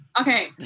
Okay